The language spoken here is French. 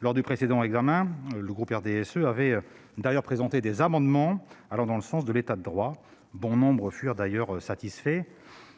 Lors du précédent examen, le groupe RDSE avait présenté des amendements allant dans le sens de l'état de droit. Bon nombre d'entre eux furent d'ailleurs satisfaits.